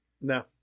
No